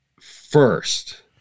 first